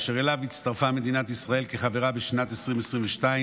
אשר אליו הצטרפה מדינת ישראל כחברה בשנת 2022,